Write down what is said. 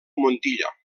montilla